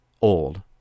old